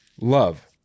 love